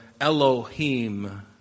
Elohim